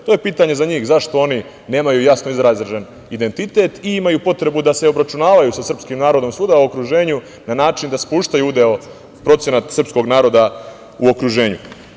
To je pitanje za njih - zašto oni nemaju jasno izražen identitet i imaju potrebu da se obračunavaju sa srpskim narodom svuda u okruženju na način da spuštaju udeo procenat srpskog naroda u okruženju.